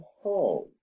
home